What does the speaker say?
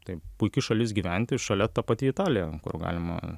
tai puiki šalis gyventi šalia ta pati italija kur galima